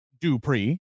Dupree